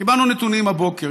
קיבלנו נתונים הבוקר.